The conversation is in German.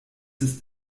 ist